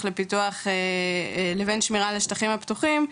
לפיתוח לבין שמירה על השטחים הפתוחים.